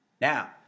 Now